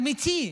אמיתי,